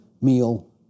meal